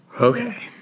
Okay